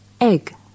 egg